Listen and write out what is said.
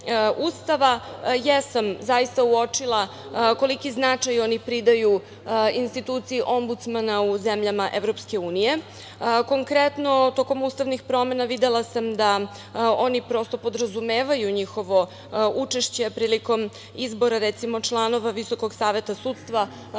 Ustava jesam zaista uočila koliki značaj oni pridaju instituciji Ombudsmana u zemljama EU. Konkretno, tokom ustavnih promena videla sam da oni prosto podrazumevaju njihovo učešće prilikom izbora, recimo, članova VSS, ukoliko to